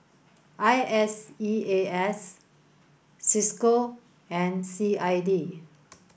I S E A S Cisco and C I D